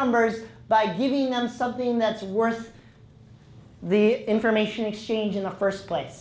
numbers by giving them something that's worth the information exchange in the first place